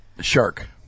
Shark